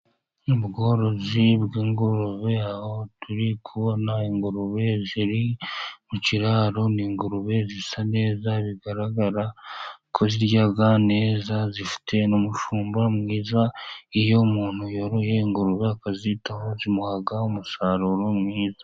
Ubworozi bw'ingurube aho turi kubona ingurube ziri mu kiraro, ni ingurube zisa neza bigaragara ko ziryaga neza zifite n'umushumba mwiza, iyo umuntu yoroye ingurube akazitaho zimuhaga umusaruro mwiza.